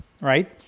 right